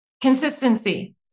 Consistency